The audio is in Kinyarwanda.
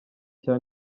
cya